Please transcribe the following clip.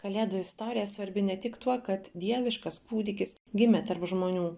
kalėdų istorija svarbi ne tik tuo kad dieviškas kūdikis gimė tarp žmonių